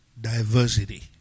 diversity